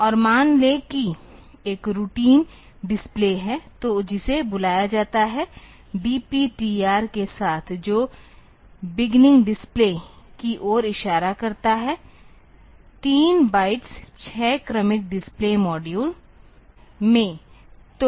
और मान लें कि एक रूटीन डिस्प्ले है तो जिसे बुलाया जाता है DPTR के साथ जो बेगिनिंग डिस्प्लेस की ओर इशारा करता है तीन बाइट्स 6 क्रमिक डिस्प्ले मॉड्यूल में